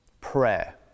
prayer